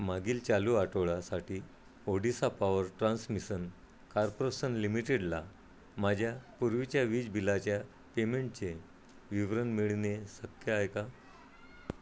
मागील चालू आठवड्यासाठी ओडिशा पॉवर ट्रान्समिशन कार्पोरेसन लिमिटेडला माझ्या पूर्वीच्या वीज बिलाच्या पेमेंटचे विवरण मिळणे शक्य आहे का